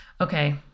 Okay